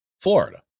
Florida